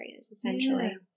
essentially